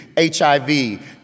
HIV